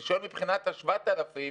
אני שואל מבחינת ה-7,000.